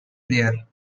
clear